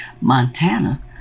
Montana